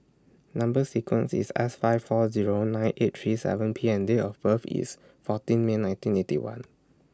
Number sequence IS S five four Zero nine eight three seven P and Date of birth IS fourteen May nineteen Eighty One